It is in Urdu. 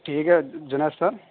ٹھیک ہے جنید سر